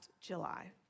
July